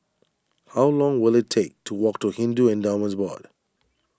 how long will it take to walk to Hindu Endowments Board